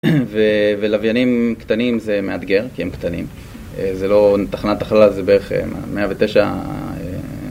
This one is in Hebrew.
ולוויינים קטנים זה מאתגר כי הם קטנים, זה לא תחנת החלל, זה בערך 109...